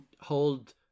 hold